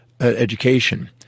education